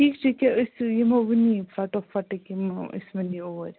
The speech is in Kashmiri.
ٹھیٖک چھُ ییٚکیٛاہ أسۍ یِمو وٕنی فَٹو فَٹ یِمو أسۍ وٕنی اوٗرۍ